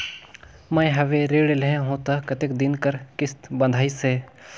मैं हवे ऋण लेहे हों त कतेक दिन कर किस्त बंधाइस हे?